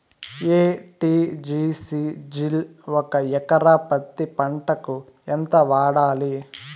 ఎ.టి.జి.సి జిల్ ఒక ఎకరా పత్తి పంటకు ఎంత వాడాలి?